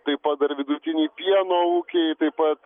taip pat dar vidutiniai pieno ūkiai taip pat